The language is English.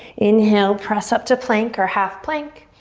inhale, press up to plank or half plank.